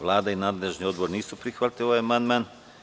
Vlada i nadležni Odbor nisu prihvatili ovaj amandman.